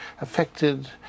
affected